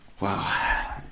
Wow